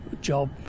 job